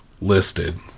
listed